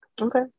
Okay